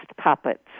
puppets